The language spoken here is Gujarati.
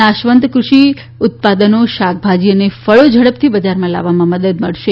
નાશવંત ક્રષિ ઉત્પાદનો શાકભાજી અને ફળો ઝડપથી બજારમાં લાવવામાં મદદ મળશે